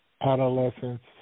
adolescents